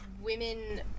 women